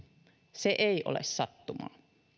se ei ole sattumaa